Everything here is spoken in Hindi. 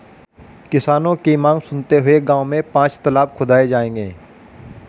किसानों की मांग सुनते हुए गांव में पांच तलाब खुदाऐ जाएंगे